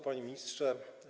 Panie Ministrze!